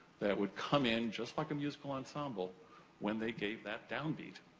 that would come in, just like a musical ensemble when they gave that down beat.